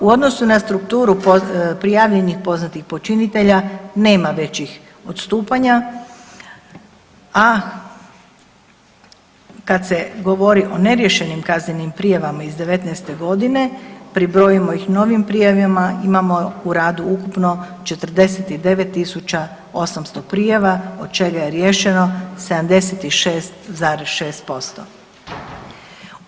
U odnosu na strukturu prijavljenih poznatih počinitelja nema većih odstupanja, a kad se govori o neriješenim kaznenim prijavama iz '19. godine pribrojimo ih novim prijavama, imamo u radu ukupno 49.800 prijava od čega je riješeno 76,6%